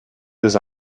dans